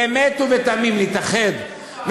באמת ובתמים נתאחד,